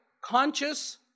conscious